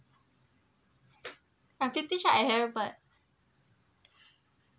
I actually thought I have but